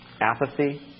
apathy